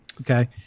okay